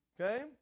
Okay